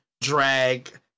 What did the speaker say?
drag